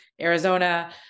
Arizona